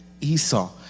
Esau